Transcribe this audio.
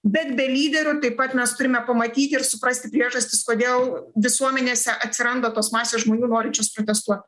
bet be lyderių taip pat mes turime pamatyti ir suprasti priežastis kodėl visuomenėse atsiranda tos masės žmonių norinčios protestuot